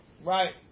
Right